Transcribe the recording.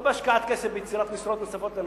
לא בהשקעת כסף ביצירת משרות נוספות לאנשים.